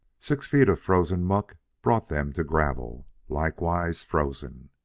six feet of frozen muck brought them to gravel, likewise frozen.